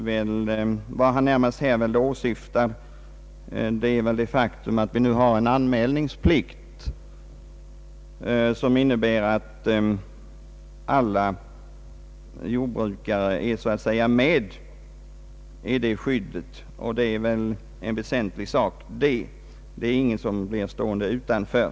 Vad han då närmast åsyftar är väl det faktum att vi har en anmälningsplikt som innebär att alla jordbrukare så att säga är med i det skyddet, och det är en väsentlig sak. Ingen blir stående utanför.